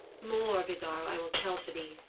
more, vidar, i will tell to thee.